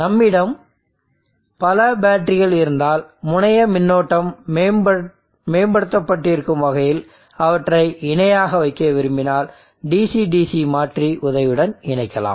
நம்மிடம் பல பேட்டரிகள் இருந்தால் முனைய மின்னோட்டம் மேம்படுத்தப்பட்டிருக்கும் வகையில் அவற்றை இணையாக வைக்க விரும்பினால் DC DC மாற்றி உதவியுடன் இணைக்கலாம்